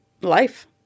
life